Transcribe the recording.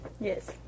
Yes